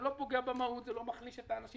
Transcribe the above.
זה לא פוגע במהות, זה לא מחליש את האנשים.